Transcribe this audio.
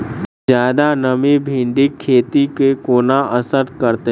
जियादा नमी भिंडीक खेती केँ कोना असर करतै?